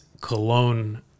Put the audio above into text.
cologne